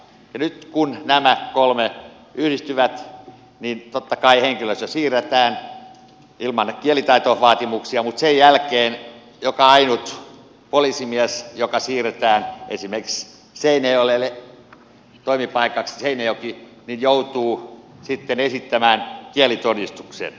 nyt kun nämä kolme yhdistyvät niin totta kai henkilöstö siirretään ilman kielitaitovaatimuksia mutta sen jälkeen joka ainut poliisimies joka siirretään esimerkiksi seinäjoelle toimipaikaksi seinäjoki joutuu sitten esittämään kielitodistuksen